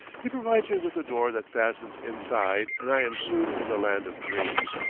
he provides me with a door that fastens inside, and i am soon in the land of dreams.